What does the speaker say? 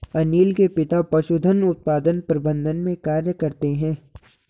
अनील के पिता पशुधन उत्पादन प्रबंधन में कार्य करते है